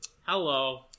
Hello